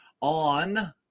on